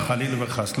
לא, לא, חלילה וחס.